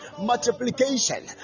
multiplication